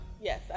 Yes